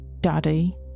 Daddy